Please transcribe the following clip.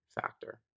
factor